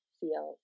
feel